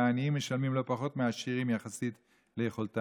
והעניים משלמים לא פחות מהעשירים יחסית ליכולתם.